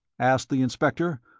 asked the inspector.